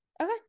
Okay